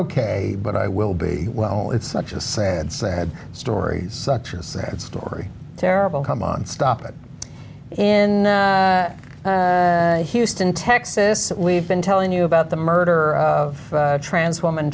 ok but i will be well it's such a sad sad stories such a sad story terrible come on stop it in houston texas that we've been telling you about the murder of a trans woman